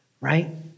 Right